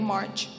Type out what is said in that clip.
March